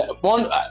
one